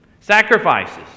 Sacrifices